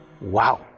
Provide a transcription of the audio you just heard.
Wow